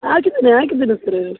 ಹಾಕಿದೇನೆ ಹಾಕಿದೇನೆ ಸರ